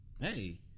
hey